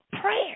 Prayer